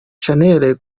shanel